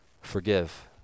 forgive